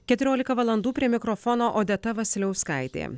keturiolika valandų prie mikrofono odeta vasiliauskaitė